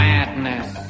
Madness